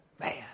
Man